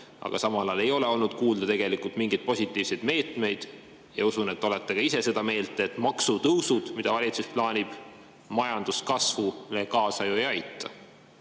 aga samal ajal ei ole olnud kuulda mingeid positiivseid meetmeid. Ma usun, et te olete ka ise seda meelt, et maksutõusud, mida valitsus plaanib, majanduskasvule kaasa ei aita.